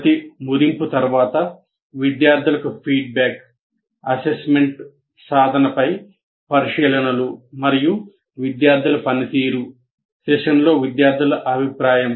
ప్రతి మదింపు తర్వాత విద్యార్థులకు ఫీడ్బ్యాక్ అసెస్మెంట్ సాధనపై పరిశీలనలు మరియు విద్యార్థుల పనితీరు సెషన్లో విద్యార్థుల అభిప్రాయం